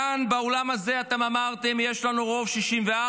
כאן באולם הזה אתם אמרתם: יש לנו רוב 64,